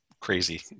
crazy